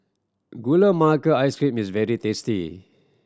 Gula Melaka Ice Cream is very tasty